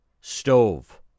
stove